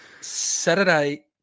Saturday